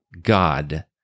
God